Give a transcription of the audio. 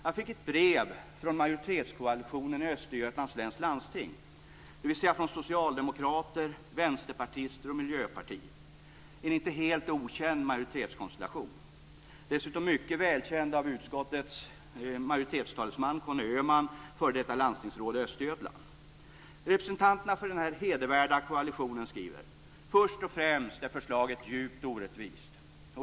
Jag fick ett brev från majoritetskoalitionen i Östergötlands läns landsting, dvs. från socialdemokrater, vänsterpartister och miljöpartister - en inte helt okänd majoritetskonstellation och dessutom mycket välkänd av utskottsmajoritetens talesman Conny Öhman, f.d. landstingsråd i Östergötland. Representanterna för denna hedervärda koalition skriver: "Först och främst är förslaget djupt orättvist."